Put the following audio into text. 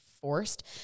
forced